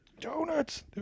Donuts